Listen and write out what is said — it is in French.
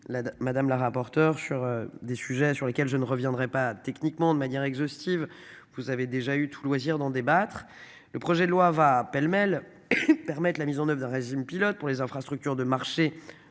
madame la rapporteure sur des sujets sur lesquels je ne reviendrai pas techniquement de manière exhaustive. Vous avez déjà eu tout loisir d'en débattre. Le projet de loi va pêle-mêle permettent la mise en oeuvre résume pilote pour les infrastructures de marché